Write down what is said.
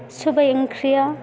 सबाय ओंख्रिया